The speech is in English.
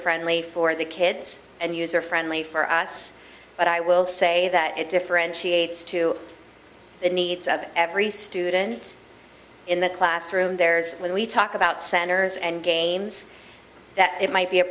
friendly for the kids and user friendly for us but i will say that it differentiates to the needs of every student in the classroom there's when we talk about centers and games that it might be a